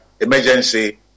emergency